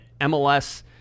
MLS